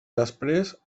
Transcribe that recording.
després